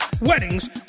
weddings